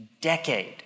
decade